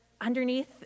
underneath